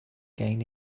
gain